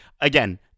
again